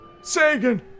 Sagan